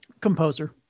composer